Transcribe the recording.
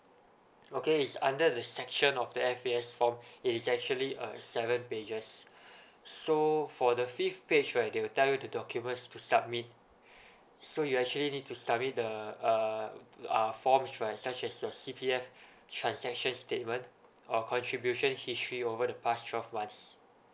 okay is under the section of the F_A_S form it is actually uh seven pages so for the fifth page right they will tell the documents to submit so you actually need to submit the uh uh forms right such as your C_P_F transaction statement or contribution history over the past twelve months